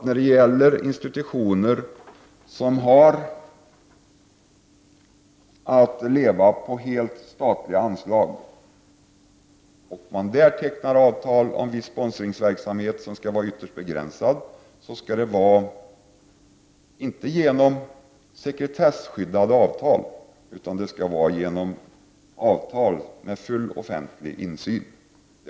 När det gäller institutioner som helt har att lita till statliga anslag och man tecknar avtal om viss ytterst begränsad sponsringsverksamhet, skall detta inte ske genom sekretesskyddade avtal, utan genom avtal med full offentlig insyn.